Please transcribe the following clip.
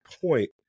point